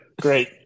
Great